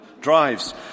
Drives